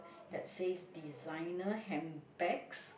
that says designer handbags